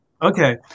Okay